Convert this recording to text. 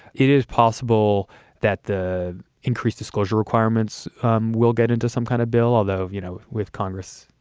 it is possible that the increased disclosure requirements um will get into some kind of bill, although, you know, with congress,